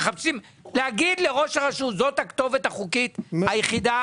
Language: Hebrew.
להגיד לראש הרשות כי זאת הכתובת החוקית היחידה,